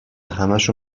همشو